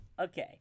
okay